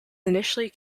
initially